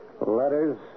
Letters